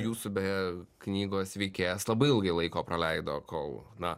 jūsų be knygos veikėjas labai ilgai laiko praleido kol na